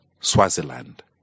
Swaziland